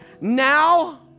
Now